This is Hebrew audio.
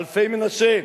אלפי-מנשה,